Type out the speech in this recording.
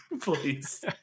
Please